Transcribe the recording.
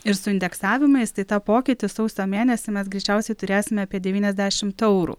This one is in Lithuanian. ir su indeksavimais tai tą pokytį sausio mėnesį mes greičiausiai turėsime apie devyniasdešimt eurų